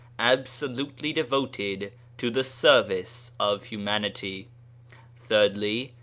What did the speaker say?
absolutely devoted to the service of humanity thirdly,